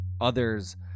Others